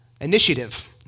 initiative